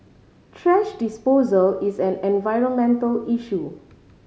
thrash disposal is an environmental issue